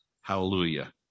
Hallelujah